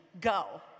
Go